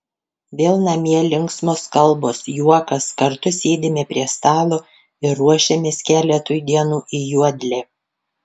vėl namie linksmos kalbos juokas kartu sėdime prie stalo ir ruošiamės keletui dienų į juodlę